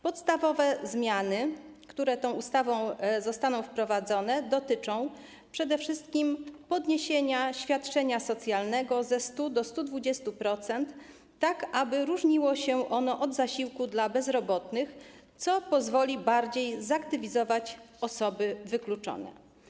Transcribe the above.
Podstawowe zmiany, które tą ustawą zostaną wprowadzone, dotyczą przede wszystkim podniesienia świadczenie socjalnego ze 100% do 120%, tak aby różniło się ono od zasiłku dla bezrobotnych, co pozwoli bardziej zaktywizować osoby wykluczone.